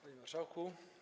Panie Marszałku!